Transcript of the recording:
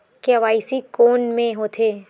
KYC कोन में होथे?